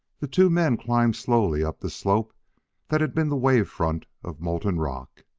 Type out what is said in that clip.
the two men climbed slowly up the slope that had been the wave front of molten rock.